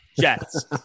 Jets